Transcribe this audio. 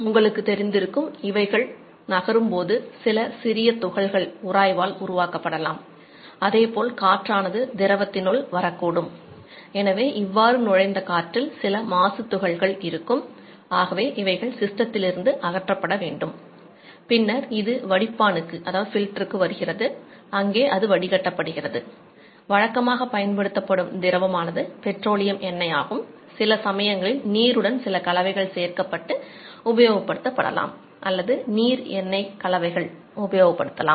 உங்களுக்கு தெரிந்திருக்கும் இவைகள் நகரும்போது சில சிறிய துகள்கள் உபயோகப்படுத்தலாம்